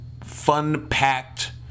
fun-packed